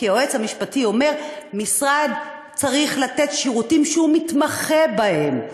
כי היועץ המשפטי אומר שמשרד צריך לתת שירותים שהוא מתמחה בהם.